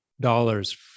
dollars